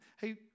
Hey